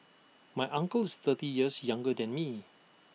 my uncle is thirty years younger than me